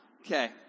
Okay